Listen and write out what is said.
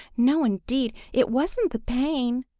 no, indeed! it wasn't the pain!